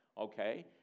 Okay